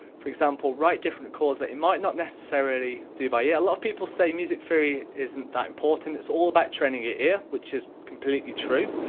for example, write different chords that you might not necessarily do by ear. a lot of people say music theory isn't that important, it's all about training your ear, which is completely true.